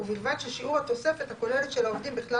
כמובן, ובלבד ששיעור התוספת הכוללת של העובדים בכלל